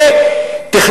זה לא